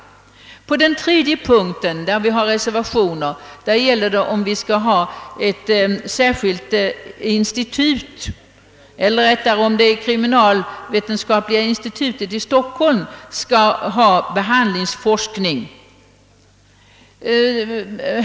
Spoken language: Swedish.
På den tredje punkten, där en reservation föreligger, gäller det inrättandet av ett särskilt institut eller rättare sagt om kriminaltekniska institutet i Stockholm skall bedriva behandlingsforskning.